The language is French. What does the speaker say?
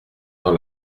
dans